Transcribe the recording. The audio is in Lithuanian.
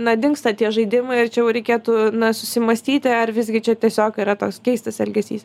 na dingsta tie žaidimai ar čia jau reikėtų susimąstyti ar visgi čia tiesiog yra toks keistas elgesys